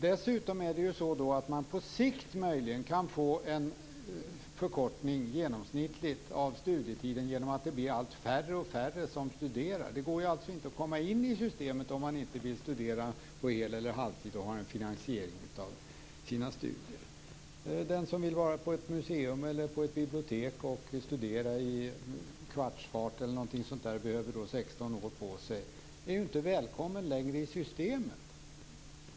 Dessutom är det ju så att man på sikt möjligen kan få en förkortning genomsnittligt av studietiderna genom att det blir allt färre som studerar. Det går alltså inte att komma in i systemet om man inte vill studera på hel eller halvtid och har en finansiering av sina studier. Den som vill vara på ett museum eller på ett bibliotek och studera i kvartsfart eller något sådant, och som då behöver 16 år på sig, är inte välkommen längre i systemet.